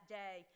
day